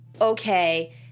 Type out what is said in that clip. okay